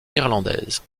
irlandaise